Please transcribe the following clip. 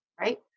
right